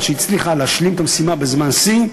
על שהצליחה להשלים את המשימה בזמן שיא,